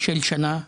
של שנה אחת.